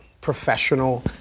professional